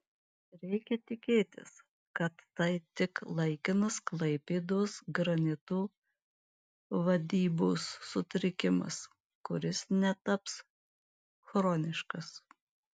reikia tikėtis kad tai tik laikinas klaipėdos granito vadybos sutrikimas kuris netaps chroniškas